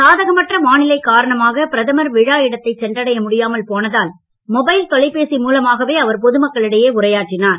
சாதகமற்ற வானிலை காரணமாக பிரதமர் விழா இடத்தை சென்றடைய முடியாமல் போனதால் மொபைல் தொலைபேசி மூலமாகவே அவர் பொதுமக்களிடையே உரையாற்றினார்